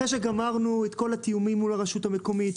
אחרי שגמרנו את כל התיאומים מול הרשות המקומית,